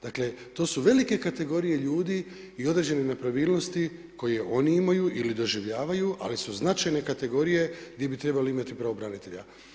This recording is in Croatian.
Dakle, to su velike kategorije ljudi i određene nepravilnosti koje oni imaju ili doživljavaju, ali su značajne kategorije gdje bi trebali imati pravobranitelja.